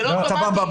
זה לא אוטומטי.